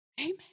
Amen